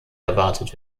erwartet